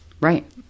right